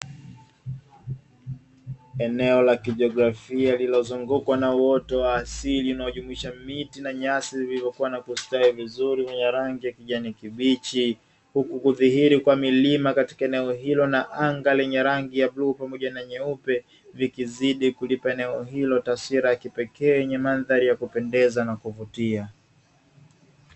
Eneo la kijiografia linalozungukwa na wote wa asili inayojumuisha miti na nyasi vilivyokuwa napostahili vizuri unyarange kijani kibichi hukudhihiri kwa milima katika eneo hilo na anga lenye rangi ya blue pamoja na nyeupe vikizidi kulipa eneo hilo taswira ya kipekee yenye mandhari ya kupendeza na kuvutia.